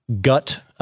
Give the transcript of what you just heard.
gut –